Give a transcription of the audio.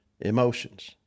emotions